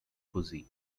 fuji